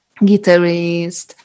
guitarist